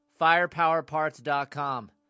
Firepowerparts.com